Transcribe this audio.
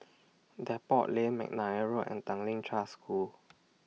Depot Lane Mcnair Road and Tanglin Trust School